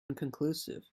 inconclusive